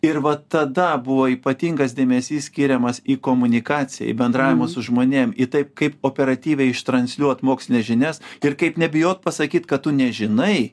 ir va tada buvo ypatingas dėmesys skiriamas į komunikaciją į bendravimą su žmonėm taip kaip operatyviai ištransliuot mokslines žinias ir kaip nebijot pasakyt kad tu nežinai